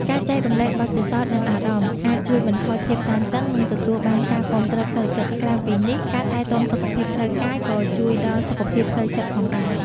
ការចែករំលែកបទពិសោធន៍និងអារម្មណ៍អាចជួយបន្ថយភាពតានតឹង និងទទួលបានការគាំទ្រផ្លូវចិត្ត ក្រៅពីនេះ ការថែទាំសុខភាពផ្លូវកាយក៏ជួយដល់សុខភាពផ្លូវចិត្តផងដែរ។